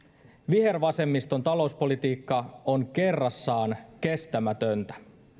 vihervasemmiston talouspolitiikka on kerrassaan kestämätöntä